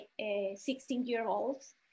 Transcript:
16-year-olds